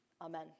Amen